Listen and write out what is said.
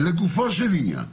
לגופו של עניין,